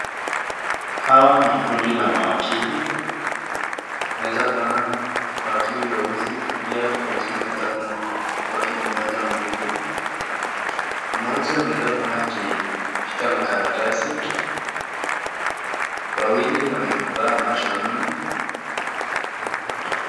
Hawa ni kundi la mawakili. Unaweza kuona mawakili weusi na pia kwenye usuli unaweza kuona wakili mmoja mweupe. Mmoja unaweza kuona akishika makaratasi, wawili wamevaa macho nne.